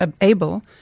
able